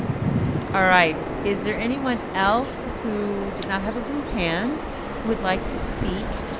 all right, is there anyone else who did not have a blue hand who would like to speak,